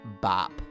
bop